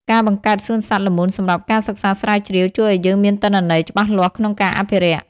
ការបង្កើតសួនសត្វល្មូនសម្រាប់ការសិក្សាស្រាវជ្រាវ ជួយឱ្យយើងមានទិន្នន័យច្បាស់លាស់ក្នុងការអភិរក្ស។